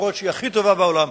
גם אם היא הכי טובה בעולם,